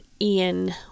Ian